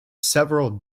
several